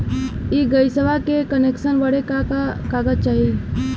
इ गइसवा के कनेक्सन बड़े का का कागज चाही?